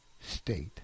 state